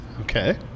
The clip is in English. Okay